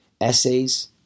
Essays